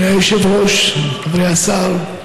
אדוני היושב-ראש, מכובדי השר,